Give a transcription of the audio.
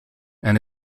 and